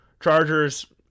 Chargers